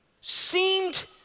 seemed